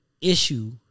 issue